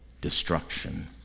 destruction